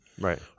Right